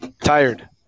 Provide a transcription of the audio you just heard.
tired